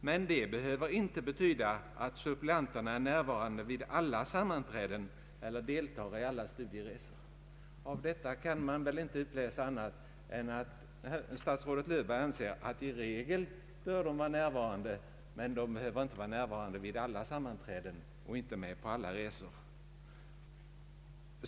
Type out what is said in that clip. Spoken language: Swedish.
Men det behöver inte betyda att suppleanterna är närvarande vid alla sammanträden eller deltar i alla studieresor.” Av detta har jag hittills inte kunnat utläsa annat än att statsrådet Löfberg anser att suppleanterna i regel bör få vara närvarande men att de fördenskull inte behöver vara närvarande vid alla sammanträden eller vara med på alla resor.